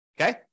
Okay